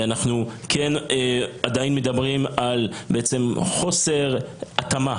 אנחנו כן עדיין מדברים על בעצם חוסר התאמה,